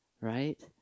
right